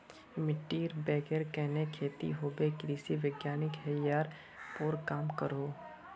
मिटटीर बगैर कन्हे खेती होबे कृषि वैज्ञानिक यहिरार पोर काम करोह